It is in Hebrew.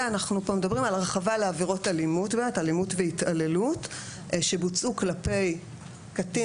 אנחנו מדברים פה על הרחבה לעבירות אלימות והתעללות שבוצעו כלפי קטין.